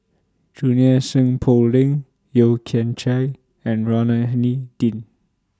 Junie Sng Poh Leng Yeo Kian Chye and Rohani Din